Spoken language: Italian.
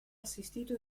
assistito